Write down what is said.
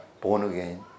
born-again